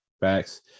facts